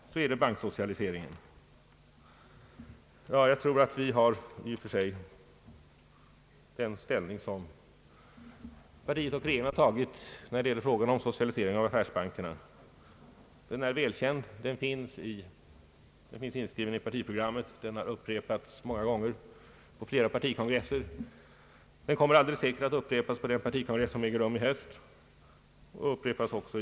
Därefter vill jag beröra frågan om banksocialiseringen. Jag tror att den ståndpunkt som vårt parti och regeringen intagit när det gäller socialisering av affärsbankerna är välkänd. Den finns inskriven i partiprogrammet och har upprepats flera gånger, bl.a. på flera partikongresser. Den kommer helt säkert att upprepas också på den partikongress som kommer att äga rum i höst.